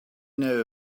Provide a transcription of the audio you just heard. know